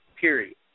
period